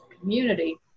community